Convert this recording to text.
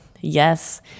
yes